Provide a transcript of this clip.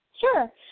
Sure